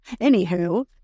anywho